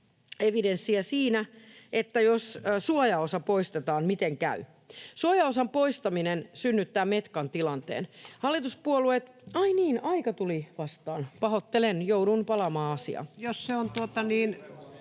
evidenssiä siinä, että jos suojaosa poistetaan, miten käy. Suojaosan poistaminen synnyttää metkan tilanteen. Hallituspuolueet... — Ai niin, aika tuli vastaan. Pahoittelen. Joudun palaamaan asiaan.